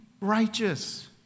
righteous